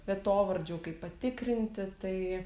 vietovardžių kaip patikrinti tai